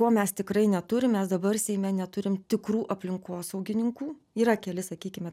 ko mes tikrai neturim mes dabar seime neturim tikrų aplinkosaugininkų yra keli sakykime